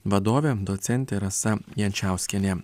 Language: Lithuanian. vadovė docentė rasa jančiauskienė